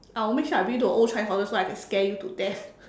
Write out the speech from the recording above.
I will make sure I bring you to the old Changi hospital so I can scare you to death